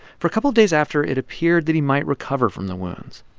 for a couple of days after, it appeared that he might recover from the wounds.